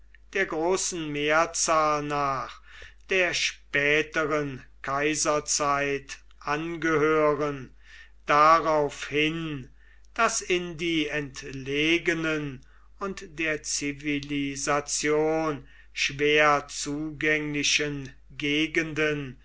der großen mehrzahl nach der späteren kaiserzeit angehören darauf hin daß in die entlegenen und der zivilisation schwer zugänglichen gegenden